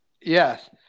Yes